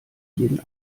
jeden